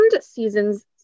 seasons